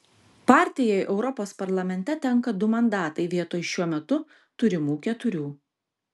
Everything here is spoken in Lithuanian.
partijai europos parlamente tenka du mandatai vietoj šiuo metu turimų keturių